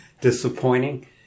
disappointing